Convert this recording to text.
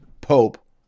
pope